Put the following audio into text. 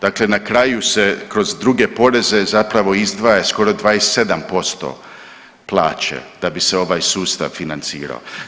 Dakle na kraju se kroz druge poreze zapravo izdvaja skoro 27% plaće da bi se ovaj sustav financirao.